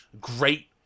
Great